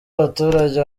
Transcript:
abaturage